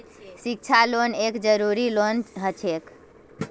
शिक्षा लोन एक जरूरी लोन हछेक